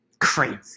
Crazy